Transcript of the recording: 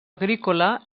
agrícola